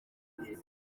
kimwe